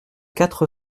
quatre